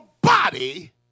body